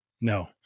No